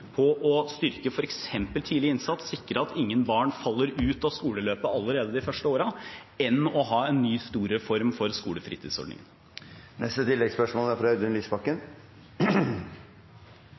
på å styrke f.eks. tidlig innsats, sikre at ingen barn faller ut av skoleløpet allerede de første årene, enn å ha en ny, stor reform for